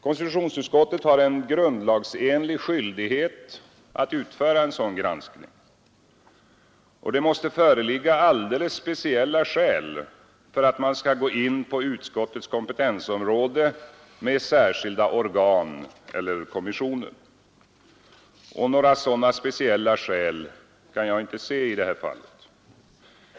Konstitutionsutskottet har grundlagsenlig skyldighet att utföra en sådan granskning. Det måste föreligga alldeles speciella skäl för att man skall gå in på utskottets kompetensområde med särskilda organ och kommissioner. Några sådana speciella skäl kan jag inte se i det här fallet.